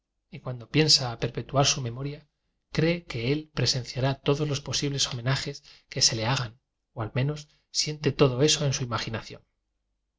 y cuando piensa perpe tuar su memoria cree que él presenciará to dos los posibles homenajes que se le hagan o al menos siente todo eso en su imaginación